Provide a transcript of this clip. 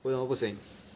为什么不行